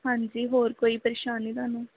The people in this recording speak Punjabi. ਹਾਂਜੀ ਹੋਰ ਕੋਈ ਪਰੇਸ਼ਾਨੀ ਤੁਹਾਨੂੰ